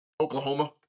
Oklahoma